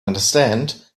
understand